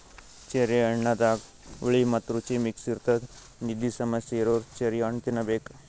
cherry ಹಣ್ಣದಾಗ್ ಹುಳಿ ಮತ್ತ್ ರುಚಿ ಮಿಕ್ಸ್ ಇರ್ತದ್ ನಿದ್ದಿ ಸಮಸ್ಯೆ ಇರೋರ್ ಚೆರ್ರಿ ಹಣ್ಣ್ ತಿನ್ನಬೇಕ್